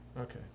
Okay